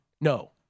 no